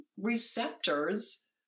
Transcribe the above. receptors